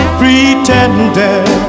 pretender